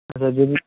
এবার যদি